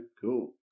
cool